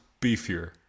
beefier